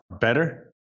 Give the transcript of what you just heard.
better